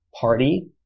party